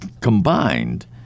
combined